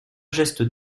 geste